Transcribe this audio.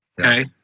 Okay